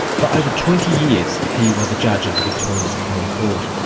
for over twenty years he was a judge at the victorian supreme court.